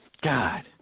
God